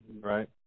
right